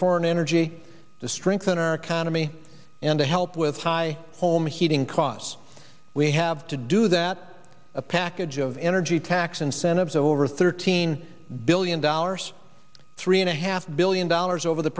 foreign energy to strengthen our economy and to help with high home heating costs we have to do that a package of energy tax incentives over thirteen billion dollars three and a half billion dollars over the